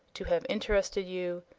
to have interested you,